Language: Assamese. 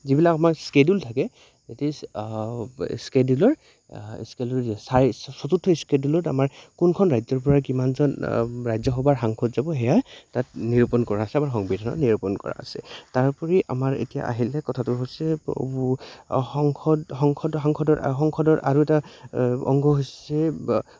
যিবিলাক আমাৰ স্কেডিউুল থাকে ডেট ইজ স্কেডিউলৰ স্কেডৰ চাৰি চতুৰ্থ স্কেডিউলত আমাৰ কোনখন ৰাজ্যৰ পৰা কিমানজন ৰাজ্যসভাৰ সাংসদ যাব সেয়া তাত নিৰূপণ কৰা আছে আমাৰ সংবিধানত নিৰূপণ কৰা আছে তাৰোপৰি আমাৰ এতিয়া আহিলে কথাটো হৈছে সংসদৰ আৰু এটা অংগ হৈছে